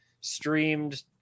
streamed